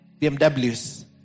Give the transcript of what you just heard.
BMWs